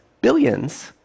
billions